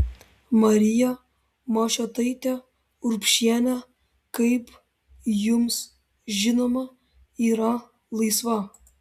marija mašiotaitė urbšienė kaip jums žinoma yra laisva